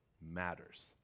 matters